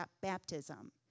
baptism